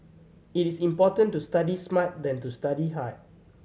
it is important to study smart than to study hard